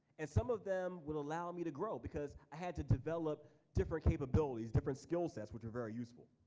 and some of them will allow me to grow because i had to develop different capabilities, different skill sets which are very useful.